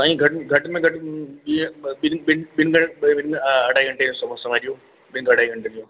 साईं घटि घटि में घटि जीअं ॿिनि ॿिनि ॿिनि घन ॿिनि अ अढ़ाई घंटे खां समय ॾियो ॿिनि अढ़ाई घंटे जो